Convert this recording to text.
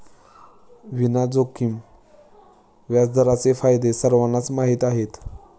विना जोखीम व्याजदरांचे फायदे सर्वांनाच माहीत आहेत